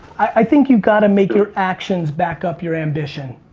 i think you've got to make your actions back up your ambition,